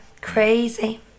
crazy